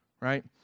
right